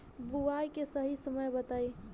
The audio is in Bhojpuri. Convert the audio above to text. बुआई के सही समय बताई?